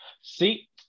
See